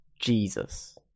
Jesus